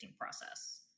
process